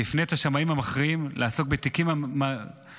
שיפנה את השמאים המכריעים לעסוק בתיקים המהותיים,